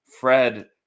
Fred